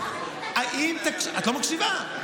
את לא מקשיבה,